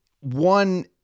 one